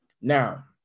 Now